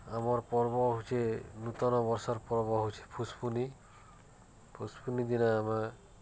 ଆମର୍ ପର୍ବ ହଉଚେ ନୂତନ ବର୍ଷର ପର୍ବ ହଉଚେ ଫୁଷ୍ପୁନି ଫୁଷ୍ପୁନି ଦିନ ଆମେ